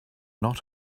not